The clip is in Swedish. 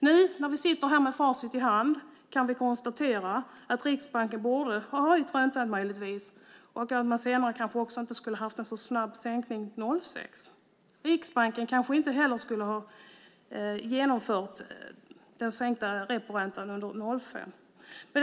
Nu när vi sitter med facit i hand kan vi konstatera att Riksbanken möjligen borde ha höjt räntan och att man kanske inte skulle ha haft en så snabb sänkning 2006. Riksbanken kanske inte heller skulle ha genomfört den sänkta reporäntan under 2005.